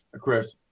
Chris